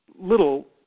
little